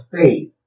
faith